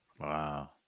Wow